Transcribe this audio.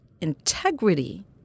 integrity